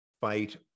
fight